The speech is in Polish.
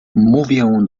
mówię